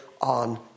on